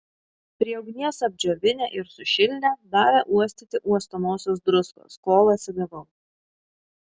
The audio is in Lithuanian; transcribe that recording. prie ugnies apdžiovinę ir sušildę davė uostyti uostomosios druskos kol atsigavau